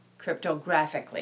cryptographically